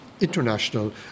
international